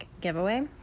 giveaway